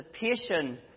participation